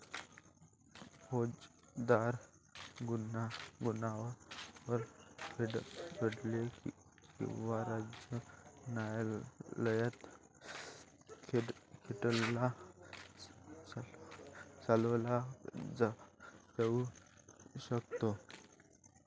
फौजदारी गुन्ह्यांवर फेडरल किंवा राज्य न्यायालयात खटला चालवला जाऊ शकतो